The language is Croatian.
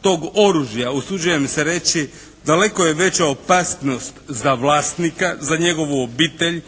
tog oružja usuđujem se reći, daleko je veća opasnost za vlasnika, za njegovu obitelj,